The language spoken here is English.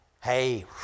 hey